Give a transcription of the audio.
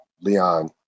Leon